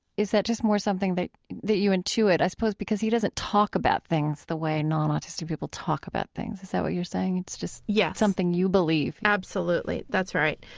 is that just more something that that you intuit? i suppose, because he doesn't talk about things the way non-autistic people talk about things. is that what you're saying? it's just yeah something you believe? yes. absolutely. that's right.